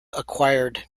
acquired